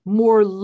more